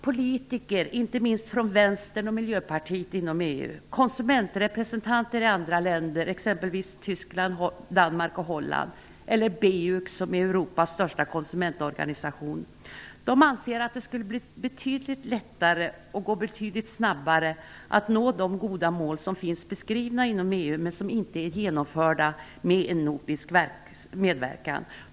Politiker - inte minst från vänster och miljöpartier inom EU - konsumentrepresentanter från andra länder, exempelvis från Tyskland, Danmark och Holland samt från BEUC, som är Europas största konsumentorganisation, anser att det skulle bli betydligt lättare och att det skulle gå betydligt snabbare att nå de goda mål som finns beskrivna inom EU, men som inte är genomförda, med en nordisk medverkan.